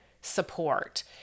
support